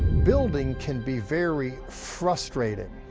building can be very frustrating.